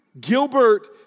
Gilbert